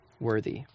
worthy